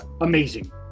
amazing